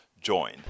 join